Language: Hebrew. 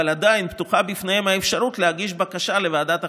אבל עדיין פתוחה בפניהם האפשרות להגיש בקשה לוועדת החריגים.